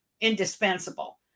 indispensable